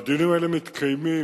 והדיונים האלה מתקיימים